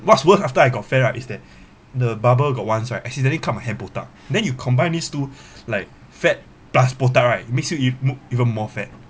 what's worse after I got fat right is that the barber got once right accidentally cut my hair botak then you combine these two like fat plus botak right makes you eve~ m~ even more fat